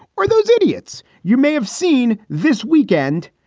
are those idiots? you may have seen this weekend,